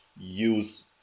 use